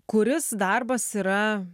kuris darbas yra